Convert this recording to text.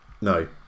no